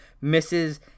misses